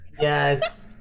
Yes